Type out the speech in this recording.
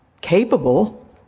capable